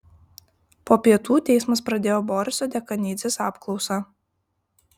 po pietų teismas pradėjo boriso dekanidzės apklausą